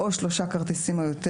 או שלושה כרטיסים או יותר